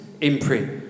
imprint